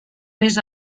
més